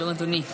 שלום, אדוני.